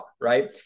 right